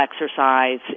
exercise